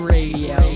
Radio